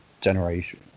generation